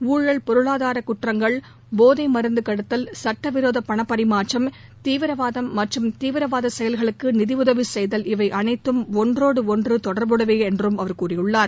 ஊழல் பொருளாதாரக் குற்றங்கள் போதை மருந்துக் கடத்தல் சுட்ட விரோத பணப்பரிமாற்றம் தீவிரவாதம் மற்றும் தீவிரவாதச் செயல்களுக்கு நிதியுதவி செய்தல் இவை அனைத்தும் ஒன்றோடு ஒன்று தொடர்புடையவை என்றும் அவர் குறிப்பிட்டார்